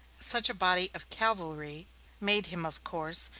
such a body of cavalry made him, of course,